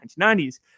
1990s